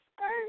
skirt